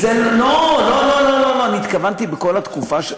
לא לא, התכוונתי בכל התקופה.